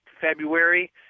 February